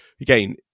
again